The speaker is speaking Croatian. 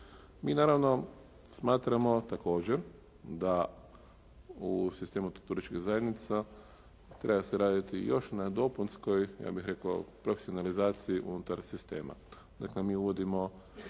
Mi naravno smatramo također da u sistemu turističkih zajednica treba se raditi još na dopunskoj ja bih rekao profesionalizaciji unutar sistema. Dakle, mi uvodimo